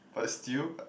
but still